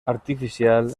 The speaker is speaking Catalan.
artificial